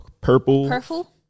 purple